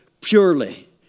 purely